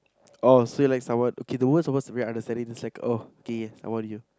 oh so you like someone okay the words supposed to be understanding just like oh okay I want you